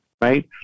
right